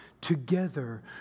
together